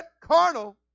carnal